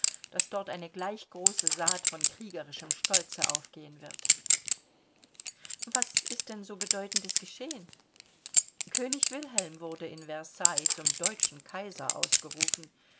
daß dort eine gleich große saat von kriegerischem stolze aufgehen wird was ist denn so bedeutendes geschehen könig wilhelm wurde in versailles zum deutschen kaiser ausgerufen